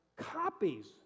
copies